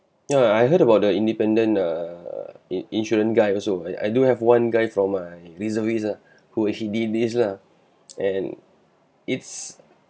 ya I heard about the independent err in ~insurance guy also I I do have one guy from my reservist ah who actually he did this lah and